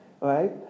right